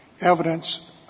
evidence